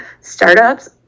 startups